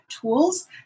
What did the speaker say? tools